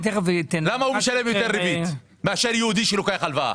למה הוא משלם יותר ריבית מאשר יהודי שלוקח הלוואה?